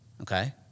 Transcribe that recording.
Okay